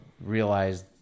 realized